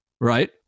right